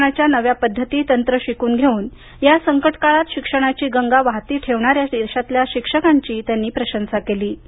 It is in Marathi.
शिक्षणाच्या नव्या पद्धती तंत्र शिकून घेऊन या संकट काळात शिक्षणाची गंगा वाहती ठेवणाऱ्या देशातल्या शिक्षकांची त्यांनी प्रशंसा केली